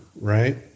right